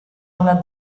una